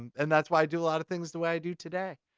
and that's why i do a lot of things the way i do today.